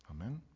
Amen